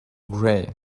gray